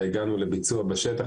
וכשהגענו לביצוע בשטח,